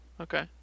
okay